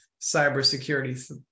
cybersecurity